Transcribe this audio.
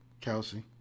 Kelsey